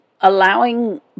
allowing